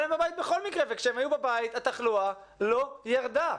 וכשהם היו בבית התחלואה לא ירדה.